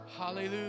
Hallelujah